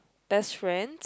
best friend